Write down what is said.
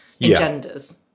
engenders